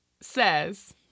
says